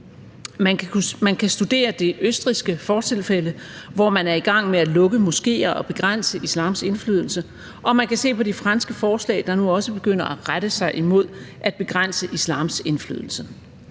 Man kan studere det østrigske fortilfælde, hvor man er i gang med at lukke moskéer og begrænse islams indflydelse, og man kan se på det franske forslag, der nu også begynder at rette sig imod at begrænse islams indflydelse.